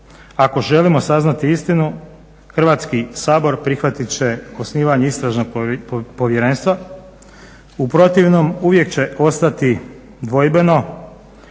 Ako želimo saznati istinu Hrvatski sabor prihvatit će osnivanje istražnog povjerenstva, u protivnom uvijek će ostati dvojbeno